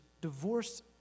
divorce